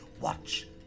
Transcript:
Watch